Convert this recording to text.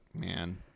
Man